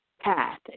path